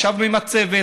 ישבנו עם הצוות.